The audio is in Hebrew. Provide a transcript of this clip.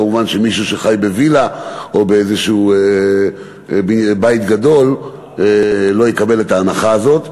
כמובן שמישהו שחי בווילה או בבית גדול לא יקבל את ההנחה הזאת.